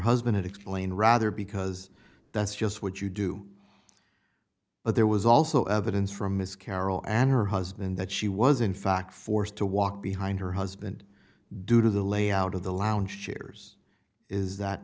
husband explain rather because that's just what you do but there was also evidence from ms carroll and her husband that she was in fact forced to walk behind her husband due to the layout of the lounge chairs is that